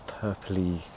purpley